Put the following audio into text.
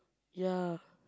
ya